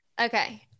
Okay